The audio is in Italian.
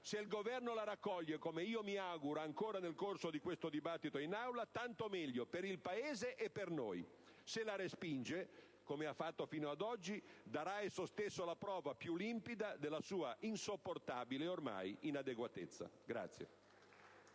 se il Governo la raccoglie - come io mi auguro ancora, nel corso di questo dibattito in Aula - tanto meglio, per il Paese e per noi; se la respinge - come ha fatto fino ad oggi - darà esso stesso la prova più limpida della sua - insopportabile, ormai! - inadeguatezza.